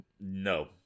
No